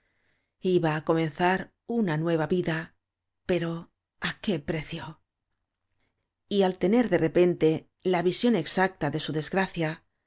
rret iba á comenzar una nueva vida pero á que precio y al tener cíe repente la visión exacta de su desgracia